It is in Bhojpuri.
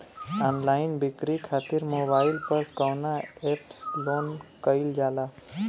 ऑनलाइन बिक्री खातिर मोबाइल पर कवना एप्स लोन कईल जाला?